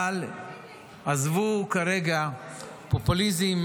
אבל עזבו כרגע פופוליזם,